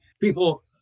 people